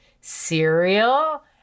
cereal